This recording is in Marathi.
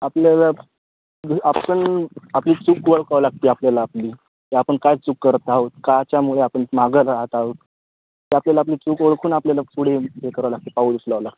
आपल्याला आपण आपली चूक ओळखावं लागते आपल्याला आपली की आपण काय चूक करत आहोत का च्यामुळे आपण मागं राहत आहोत की आपल्याला आपली चूक ओळखून आपल्याला पुढे हे करावं लागते पाऊलं उचलावं लागते